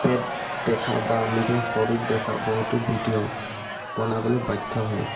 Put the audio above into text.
পেট দেখা বা নিজৰ শৰীৰ দেখা বহুতো ভিডিঅ' বনাবলৈ বাধ্য হয়